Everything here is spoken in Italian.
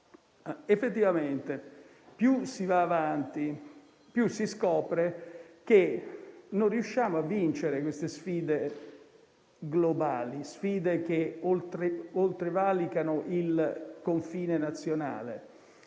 Effettivamente, più si va avanti più si scopre che non riusciamo a vincere queste sfide globali, che travalicano il confine nazionale.